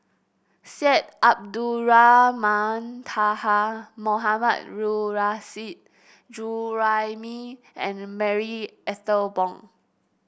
Syed Abdulrahman Taha Mohammad Nurrasyid Juraimi and Marie Ethel Bong